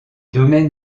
domaines